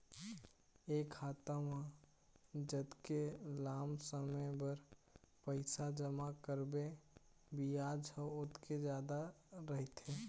ए खाता म जतके लाम समे बर पइसा जमा करबे बियाज ह ओतके जादा रहिथे